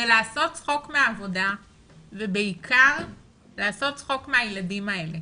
זה לעשות צחוק מהעבודה ובעיקר לעשות צחוק מהילדים האלה.